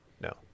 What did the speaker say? no